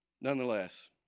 nonetheless